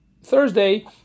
Thursday